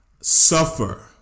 suffer